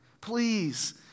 Please